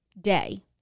day